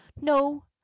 no